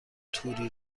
توری